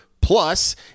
plus